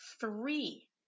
three